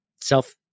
self